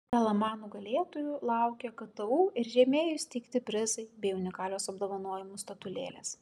lma nugalėtojų laukia ktu ir rėmėjų įsteigti prizai bei unikalios apdovanojimų statulėlės